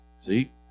See